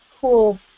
cool